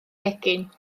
gegin